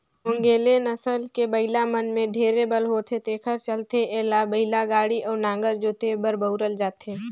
ओन्गेले नसल के बइला मन में ढेरे बल होथे तेखर चलते एला बइलागाड़ी अउ नांगर जोते बर बउरल जाथे